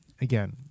again